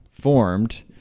formed